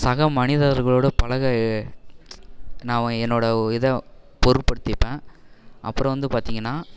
சக மனிதர்களோட பழக நான் என்னோட இத பொருட்படுத்திப்பேன் அப்புறம் வந்து பார்த்தீங்கன்னா